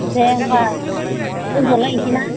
दे होमबा दोनथ'लायसै ना